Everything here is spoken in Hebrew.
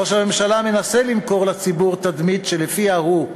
ראש הממשלה מנסה למכור לציבור תדמית שלפיה הוא,